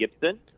Gibson